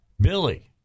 Billy